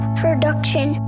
production